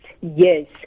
yes